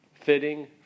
fitting